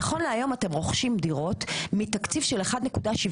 נכון להיום אתם רוכשים דירות מתקציב של 1.7